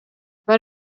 waar